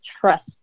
trust